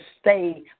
stay